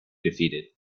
defeated